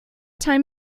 time